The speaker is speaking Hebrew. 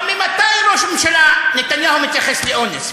אבל ממתי ראש ממשלה נתניהו מתייחס לאונס?